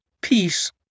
peace